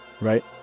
Right